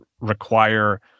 require